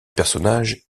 personnage